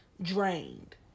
drained